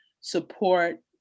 support